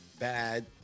bad